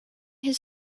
his